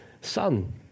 son